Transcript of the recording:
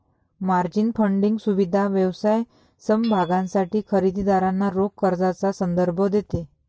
margin funding सुविधा व्यवसाय समभागांसाठी खरेदी दारांना रोख कर्जाचा संदर्भ देते